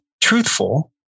truthful